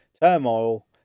Turmoil